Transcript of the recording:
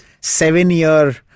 seven-year